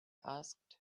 asked